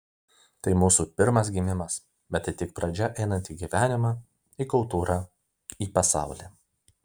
tai mūsų pirmas gimimas bet tai tik pradžia einant į gyvenimą į kultūrą į pasaulį